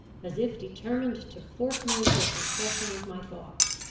as if determined to force me into a confession of my thoughts.